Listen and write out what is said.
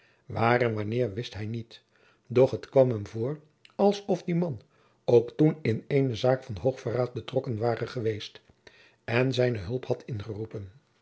en wanneer wist hij niet doch het kwam hem voor alsof die man ook toen in eene zaak van hoogverraad betrokken ware geweest en jacob van lennep de pleegzoon zijne hulp had ingeroepen